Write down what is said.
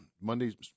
Monday